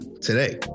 today